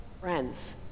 Friends